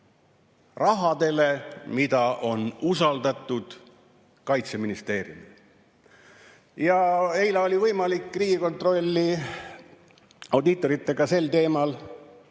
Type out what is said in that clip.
raha, mis on usaldatud Kaitseministeeriumile. Eile oli võimalik Riigikontrolli audiitoritega sel teemal